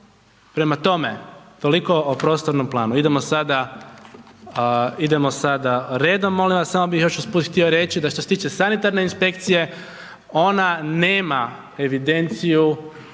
prema tome, toliko o prostornom planu, idemo sada, idemo sada redom molim vas samo bih još usput htio reći, da što se tiče sanitarne inspekcije, ona nema evidenciju,